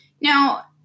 Now –